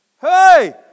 Hey